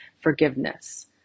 forgiveness